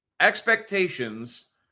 expectations